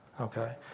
okay